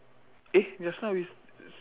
eh just now we s~